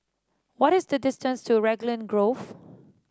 what is the distance to Raglan Grove